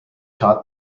taught